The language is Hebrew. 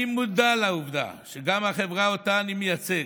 אני מודע לעובדה שגם החברה שאותה אני מייצג,